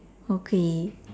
okay